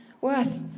worth